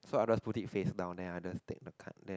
so I just put it face down then I just take the card there